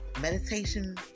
meditation